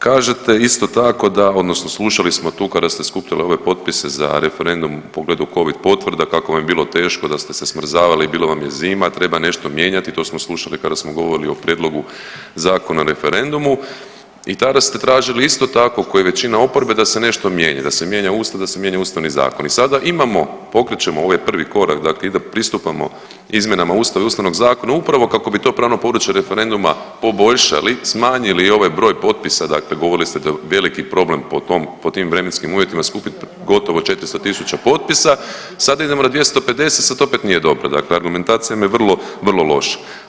Kažete isto tako da, odnosno slušali smo tu kada ste skupljali ove potpise za referendum u pogledu Covid potvrda, kako vam je bilo teško, da ste se smrzavali, bilo vam je zima, treba nešto mijenjati, to smo slušali kada smo govorili o prijedlogu Zakona o referendumu i tada ste tražili isto tako, kao i većina oporbe da se nešto mijenja, da se mijenja Ustav, da se mijenja ustavni zakon i sada imamo, pokrećemo ovaj prvi korak, dakle ide, pristupamo izmjenama Ustava i ustavnog zakona upravo kako bi to pravno područje referenduma poboljšali, smanjili ovaj broj potpisa, dakle govorili ste da veliki problem pod tim vremenskim uvjetima skupit gotovo 400 tisuća potpisa, sada idemo na 250, sad opet nije dobro, dakle argumentacija vam je vrlo, vrlo loša.